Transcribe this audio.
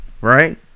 Right